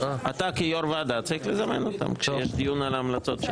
אתה כיו"ר ועדה צריך לזמן אותם כשיש דיון על ההמלצות שלהם.